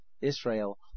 Israel